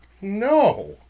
No